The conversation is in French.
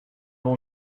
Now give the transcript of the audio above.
bon